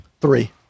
Three